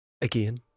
Again